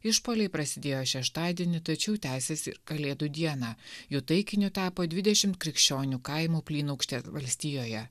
išpuoliai prasidėjo šeštadienį tačiau tęsiasi ir kalėdų dieną jų taikiniu tapo dvidešim krikščionių kaimų plynaukšte valstijoje